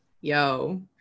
yo